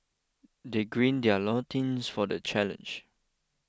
they gird their loins for the challenge